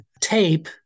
tape